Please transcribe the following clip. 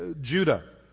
Judah